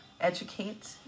educate